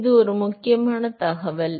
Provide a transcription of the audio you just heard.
எனவே இது ஒரு முக்கியமான தகவல்